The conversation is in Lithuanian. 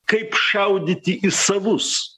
kaip šaudyti į savus